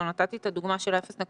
או נתתי את הדוגמה של 0.56%,